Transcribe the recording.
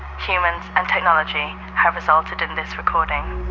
humans, and technology have resulted in this recording